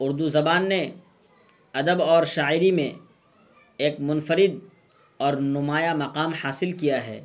اردو زبان نے ادب اور شاعری میں ایک منفرد اور نمایاں مقام حاصل کیا ہے